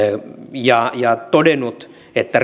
ja ja todennut että